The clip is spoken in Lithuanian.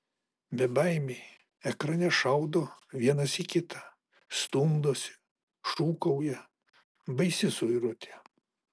bebaimiai ekrane šaudo vienas į kitą stumdosi šūkauja baisi suirutė